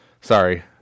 Sorry